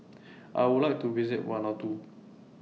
I Would like to visit Vanuatu